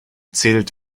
zählt